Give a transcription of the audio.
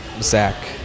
Zach